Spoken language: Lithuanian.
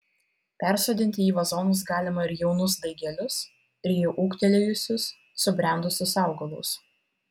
persodinti į vazonus galima ir jaunus daigelius ir jau ūgtelėjusius subrendusius augalus